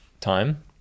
time